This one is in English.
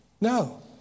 No